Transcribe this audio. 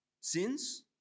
sins